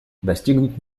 достигнут